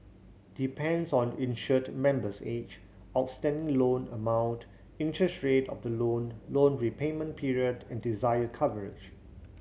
depends on insured member's age outstanding loan amount interest rate of the loan loan repayment period and desired coverage